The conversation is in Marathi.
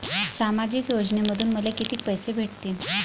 सामाजिक योजनेमंधून मले कितीक पैसे भेटतीनं?